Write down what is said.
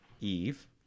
eve